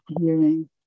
hearing